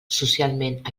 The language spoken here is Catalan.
socialment